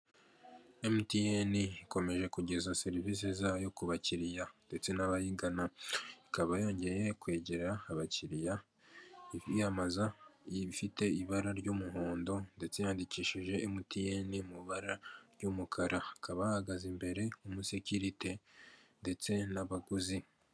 Emutiyeni ikomeje kugeza serivisi zayo ku bakiriya ndetse n'abayigana, ikaba yongeye kwegera abakiriya yiyamamaza ifite ibara ry'umuhondo ndetse yandikishije Emutiyeni mu ibara ry'umukara hakaba hahagaze imbere umusekirite ndetse n'abaguzi.